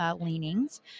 leanings